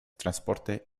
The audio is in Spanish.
transporte